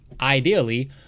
ideally